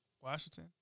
Washington